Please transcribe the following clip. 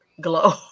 glow